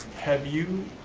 have you,